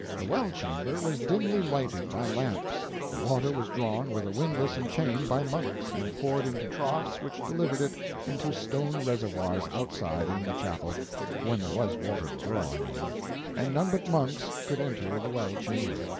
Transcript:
the well-chamber was dimly lighted by lamps the water was drawn with a windlass and chain by monks, and poured into troughs which delivered it into stone reservoirs outside in the chapel when there was water to draw, i mean and none but monks could enter the well-chamber.